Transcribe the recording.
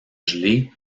gelée